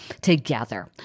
together